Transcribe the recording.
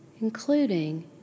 including